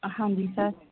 ਹਾਂਜੀ ਸਰ